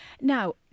Now